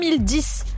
2010